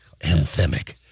Anthemic